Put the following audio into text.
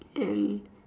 and